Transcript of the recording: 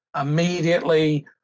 immediately